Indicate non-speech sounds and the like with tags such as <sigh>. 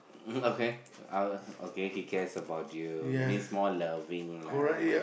<laughs> okay I will okay he cares about you means more loving lah